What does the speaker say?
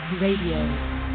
Radio